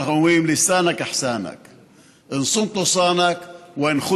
אנחנו אומרים: (אומר בערבית ומתרגם:)